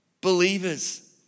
believers